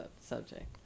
subject